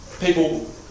people